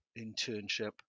internship